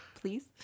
Please